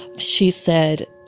she said